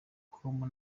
com